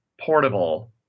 portable